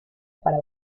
para